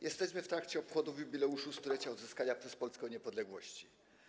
Jesteśmy w trakcie obchodów jubileuszu 100-lecia odzyskania przez Polskę niepodległości.